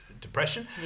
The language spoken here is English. depression